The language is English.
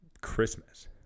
Christmas